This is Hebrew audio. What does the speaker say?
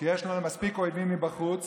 כי יש לנו מספיק אויבים מבחוץ,